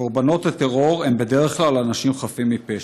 קורבנות הטרור הם בדרך כלל אנשים חפים מפשע.